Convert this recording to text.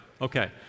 okay